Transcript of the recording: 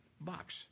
box